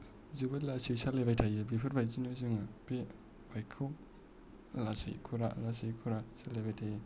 जोबोद लासै सालायबाय थायो बेफोर बायदिनो जोङो बे बाइकखौ लासै खरा लासै खरा सालायबाय थायो